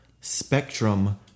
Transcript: spectrum